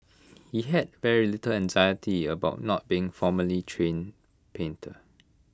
he had very little anxiety about not being formally trained painter